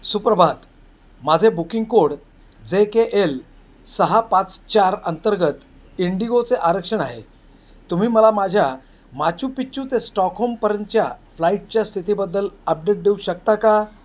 सुप्रभात माझे booking code J K L सहा पाच चार अंतर्गत इंडिगोचे आरक्षण आहे तुम्ही मला माझ्या माचूपिच्चू ते स्टॉकहोमपर्यंतच्या फ्लाईटच्या स्थितीबद्दल अपडेट देऊ शकता का